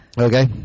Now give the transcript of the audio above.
Okay